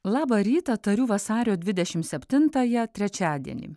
labą rytą tariu vasario dvidešimt septintąją trečiadienį